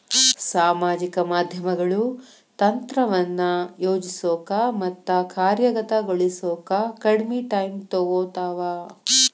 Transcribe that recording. ಸಾಮಾಜಿಕ ಮಾಧ್ಯಮಗಳು ತಂತ್ರವನ್ನ ಯೋಜಿಸೋಕ ಮತ್ತ ಕಾರ್ಯಗತಗೊಳಿಸೋಕ ಕಡ್ಮಿ ಟೈಮ್ ತೊಗೊತಾವ